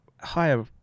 higher